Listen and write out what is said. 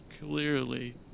clearly